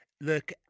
Look